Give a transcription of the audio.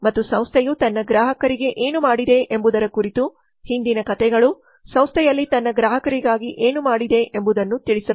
ಮತ್ತು ಸಂಸ್ಥೆಯು ತನ್ನ ಗ್ರಾಹಕರಿಗೆ ಏನು ಮಾಡಿದೆ ಎಂಬುದರ ಕುರಿತು ಹಿಂದಿನ ಕಥೆಗಳು ಸಂಸ್ಥೆಯಲ್ಲಿ ತನ್ನ ಗ್ರಾಹಕರಿಗಾಗಿ ಏನು ಮಾಡಿದೆ ಎಂಬುದನ್ನು ತಿಳಿಸಬೇಕು